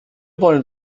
wollen